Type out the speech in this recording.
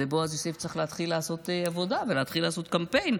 ובועז יוסף צריך להתחיל לעשות עבודה ולהתחיל לעשות קמפיין.